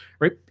right